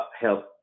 help